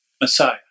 Messiah